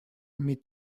mais